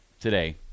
today